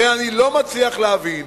לכן אני לא מצליח להבין